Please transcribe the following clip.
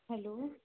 hello